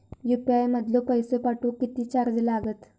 UPI मधलो पैसो पाठवुक किती चार्ज लागात?